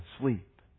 sleep